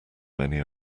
many